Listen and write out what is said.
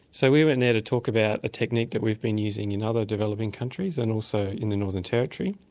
so we went there to talk about a technique that we've been using in other developing countries and also in the northern territory.